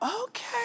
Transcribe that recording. Okay